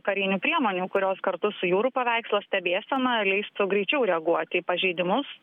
karinių priemonių kurios kartu su jūrų paveikslo stebėsena leistų greičiau reaguoti į pažeidimus